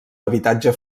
habitatge